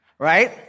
right